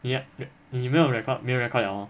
你 ah 你你没有 record 没有 record liao hor